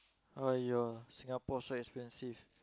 !aiya! Singapore so expensive